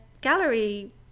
gallery